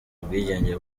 ubwigenge